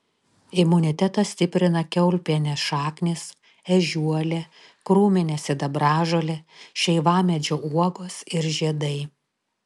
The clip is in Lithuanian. imunitetą stiprina kiaulpienės šaknys ežiuolė krūminė sidabražolė šeivamedžio uogos ir žiedai